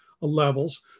levels